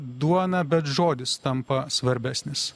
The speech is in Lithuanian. duona bet žodis tampa svarbesnis